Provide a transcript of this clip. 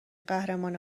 قهرمان